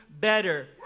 better